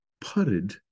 putted